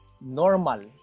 normal